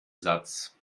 satz